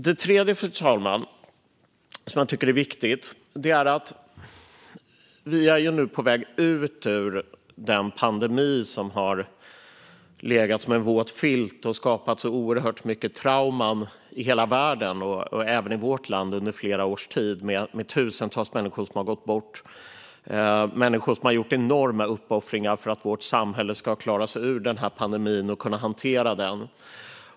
Det tredje som jag tycker är viktigt är att vi nu är på väg ut ur den pandemi som har legat som en våt filt över oss och skapat så oerhört mycket trauma i hela världen och även i vårt land under flera års tid, med tusentals människor som har gått bort. Människor har gjort enorma uppoffringar för att vårt samhälle ska kunna hantera pandemin och klara sig ur den.